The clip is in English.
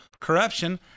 corruption